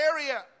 area